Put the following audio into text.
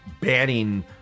banning